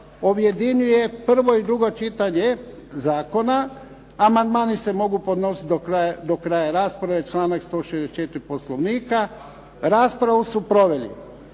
objedinjuje prvo i drugo čitanje zakona. Amandmani se mogu podnositi do kraja rasprave, članak 164. Poslovnika. Raspravu su proveli